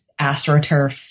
astroturf